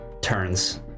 turns